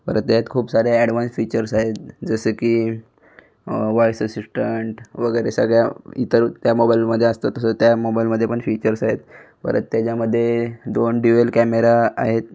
परत तेयात खूप सारे ॲडवान्स फिचर आहेत जसं की वाईस असिस्टंट वगैरे सगळ्या इतर त्या मोबाईलमदे असतो तसं त्या मोबाईलमध्येपण फीचर्स आहेत परत तेच्यामध्ये दोन डिवेल कॅमेरा आहेत